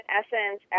essence